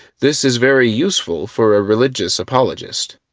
this is very useful for a religious apologist.